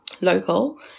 local